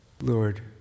Lord